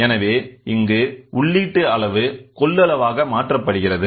எனவே இங்கு உள்ளிட்டு அளவு கொள்ளளவாக மாற்றப்படுகிறது